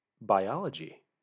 biology